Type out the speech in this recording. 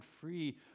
free